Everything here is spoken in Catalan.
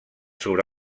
sobre